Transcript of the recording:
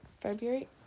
february